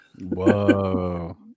Whoa